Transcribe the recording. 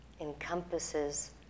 encompasses